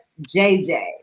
JJ